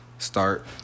start